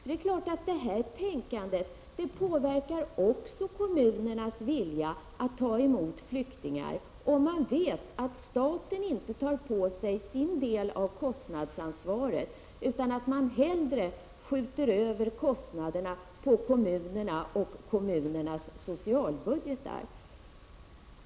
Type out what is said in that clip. Det påverkar naturligtvis också kommunernas vilja att ta emot flyktingar om man vet att staten inte tar på sig sin del av kostnadsansvaret utan skjuter över kostnaderna på kommunerna och kommunernas socialbudgetar.